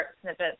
snippets